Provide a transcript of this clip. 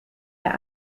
der